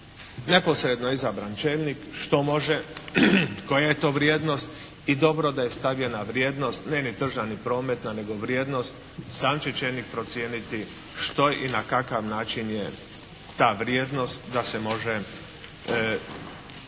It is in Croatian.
neposredno izabran čelnik što može, koja je to vrijednost i dobro da je stavljena vrijednost ne ni tržna, ni prometna, nego vrijednost sam će čelnik procijeniti što i na kakav način je ta vrijednost da se može